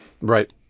Right